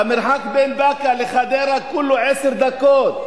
המרחק בין באקה לחדרה הוא בסך הכול עשר דקות.